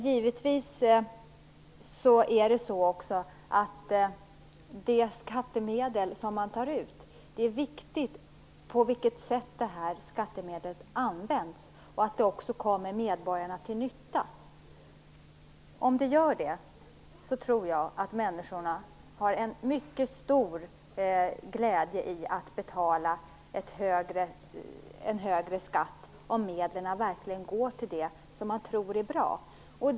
Det är naturligtvis viktigt på vilket sätt skattemedlen används och att de kommer medborgarna till nytta. Om medlen verkligen går till det som man tror är bra betalar nog människor med mycket stor glädje högre skatt.